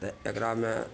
तऽ एकरामे